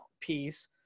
piece